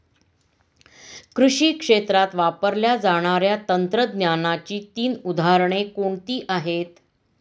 कृषी क्षेत्रात वापरल्या जाणाऱ्या तंत्रज्ञानाची तीन उदाहरणे कोणती आहेत?